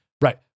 Right